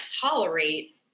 tolerate